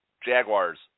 Jaguars